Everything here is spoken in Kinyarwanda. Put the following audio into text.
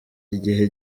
igihe